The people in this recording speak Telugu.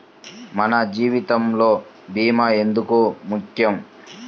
మన జీవితములో భీమా ఎందుకు ముఖ్యం?